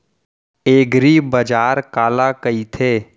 एगरीबाजार काला कहिथे?